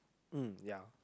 um ya